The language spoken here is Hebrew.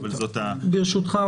ברשותך,